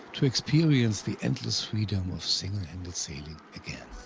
to experience the endless freedom of single-handed sailing again.